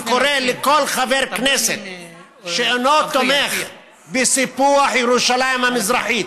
וקורא לכל חבר כנסת שאינו תומך בסיפוח ירושלים המזרחית,